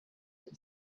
the